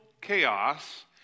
chaos